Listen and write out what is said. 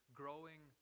growing